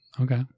Okay